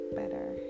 better